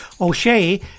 O'Shea